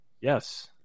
yes